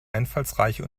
einfallsreiche